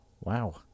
Wow